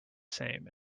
same